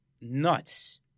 nuts